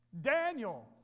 Daniel